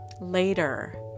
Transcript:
later